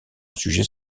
sujet